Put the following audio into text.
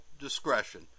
discretion